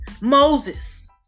Moses